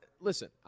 listen